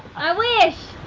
i wish!